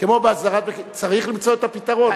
צריך למצוא את הפתרון.